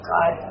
God